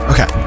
Okay